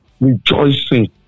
rejoicing